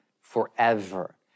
forever